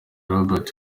robert